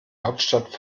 hauptstadt